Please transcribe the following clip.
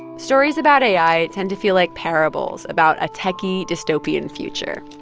stories about ai tend to feel like parables about a techie dystopian future,